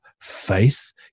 faith